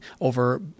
over